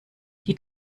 die